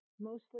mostly